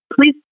please